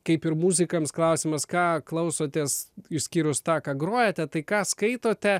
kaip ir muzikams klausimas ką klausotės išskyrus tą ką grojate tai ką skaitote